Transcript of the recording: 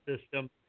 system